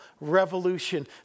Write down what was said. revolution